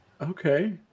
Okay